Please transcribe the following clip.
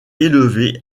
élevé